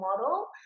model